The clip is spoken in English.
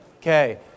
Okay